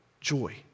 Joy